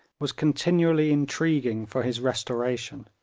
was continually intriguing for his restoration.